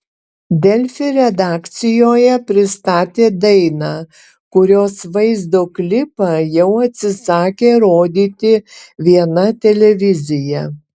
delfi redakcijoje pristatė dainą kurios vaizdo klipą jau atsisakė rodyti viena televizija